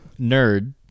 nerd